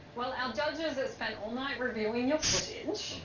well, our judges spent all night reviewing your footage.